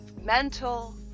mental